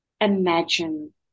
imagine